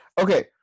Okay